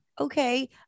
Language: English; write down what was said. Okay